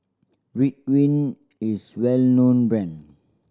Ridwind is a well known brand